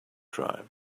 tribes